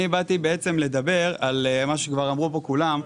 אני באתי לדבר על מה שאמרו כולם,